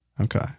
Okay